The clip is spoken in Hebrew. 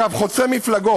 אגב, חוצה מפלגות.